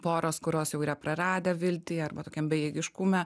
poros kurios jau yra praradę viltį arba tokiam bejėgiškume